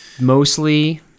Mostly –